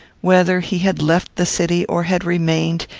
whether he had left the city or had remained,